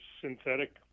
synthetic